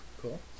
Cool